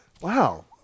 Wow